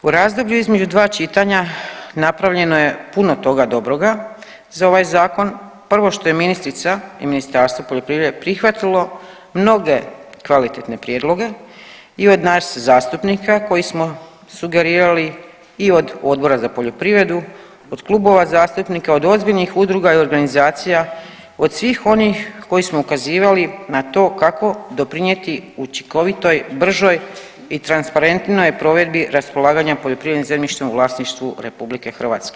U razdoblju između dva čitanja napravljeno je puno toga dobroga za ovaj zakon, prvo što je ministrica i Ministarstvo poljoprivrede prihvatilo mnoge kvalitetne prijedloge i od nas zastupnika koji smo sugerirali i od Odbora za poljoprivredu, od klubova zastupnika, od ozbiljnih udruga i organizacija, od svih onih koji smo ukazivali na to kako doprinjeti učinkovitoj, bržoj i transparentnijoj provedbi raspolaganja poljoprivrednim zemljištem u vlasništvu RH.